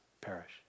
perish